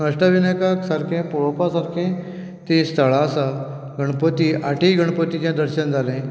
अष्टविनायकाक सारकें पळोवपा सारकें थंय गणपती गणपतीचें थंय दर्शन जालें